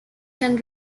can